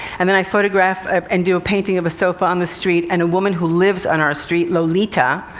and then i photograph and do a painting of a sofa on the street. and a woman who lives on our street, lolita.